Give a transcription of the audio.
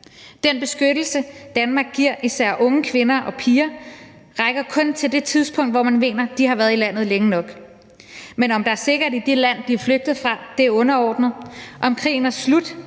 Den beskyttelse, Danmark giver især unge kvinder og piger, rækker kun til det tidspunkt, hvor man mener de har været i landet længe nok. Men om der er sikkert i det land, de er flygtet fra, er underordnet. Om krigen er slut,